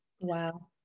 Wow